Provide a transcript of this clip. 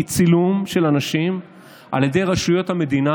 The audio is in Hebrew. כי צילום של אנשים על ידי רשויות המדינה,